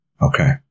Okay